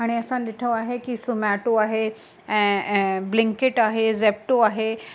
हाणे असां ॾिठो आहे कि ज़ोमैटो आहे ऐं ब्लिंकिट आहे ज़ैप्टो आहे